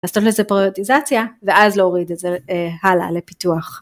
לעשות לזה פריוטיזציה ואז להוריד את זה הלאה לפיתוח.